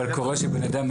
אבל קורה שבן אדם,